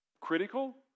critical